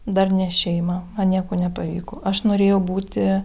darnią šeimą man nieko nepavyko aš norėjau būti